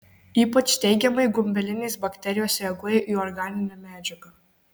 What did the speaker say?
ypač teigiamai gumbelinės bakterijos reaguoja į organinę medžiagą